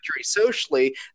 socially